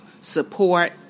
support